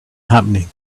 happening